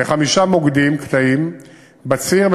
בחמישה מוקדים וקטעים בציר,